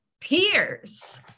peers